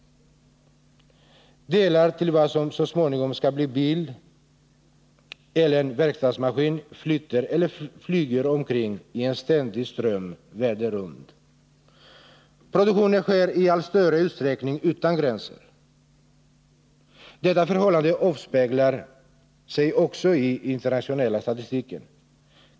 Delar till vad som så småningom skall bli en bil eller en verktygsmaskin flyter eller flyger omkring i en ständig ström världen runt. Produktionen sker i allt större utsträckning utan gränser. Detta förhållande avspeglar sig också i den internationella statistiken.